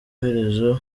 herezo